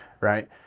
right